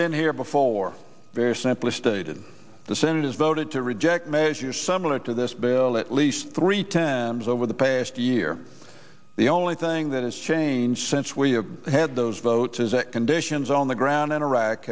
been here before very simply stated the senate has voted to reject measures similar to this bill at least three times over the past year the only thing that has changed since we have had those votes is that conditions on the ground in iraq